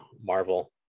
Marvel